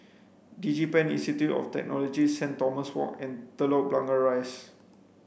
DigiPen Institute of Technology Saint Thomas Walk and Telok Blangah Rise